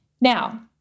Now